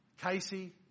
Casey